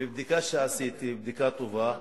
מבדיקה שעשיתי, בדיקה טובה,